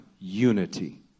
unity